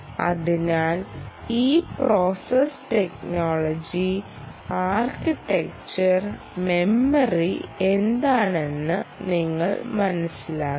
അതിനാൽ ഈ process technology architecture memory എന്താണെന്ന് നിങ്ങൾ മനസ്സിലാക്കണം